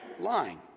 lying